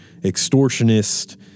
Extortionist